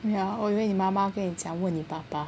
yeah 我以为你妈妈给你讲问你爸爸